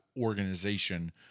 organization